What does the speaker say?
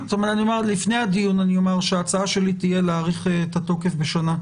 לפני הדיון אני אומר שההצעה שלי תהיה להאריך את התוקף בשנה,